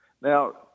Now